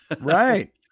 Right